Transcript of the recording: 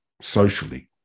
socially